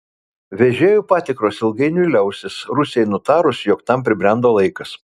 vežėjų patikros ilgainiui liausis rusijai nutarus jog tam pribrendo laikas